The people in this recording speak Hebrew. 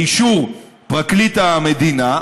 באישור פרקליט המדינה,